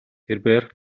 тэрбээр